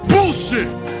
Bullshit